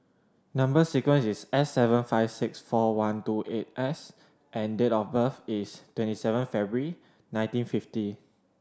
number sequence is S seven five six four one two eight S and date of birth is twenty seven February nineteen fifty